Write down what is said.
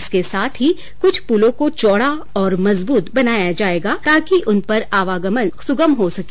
इसके साथ ही कुछ पुलों को चौडा और मजबूत बनाया जायेगा ताकि उन पर आवागमन सुगम हो सके